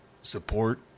support